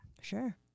Sure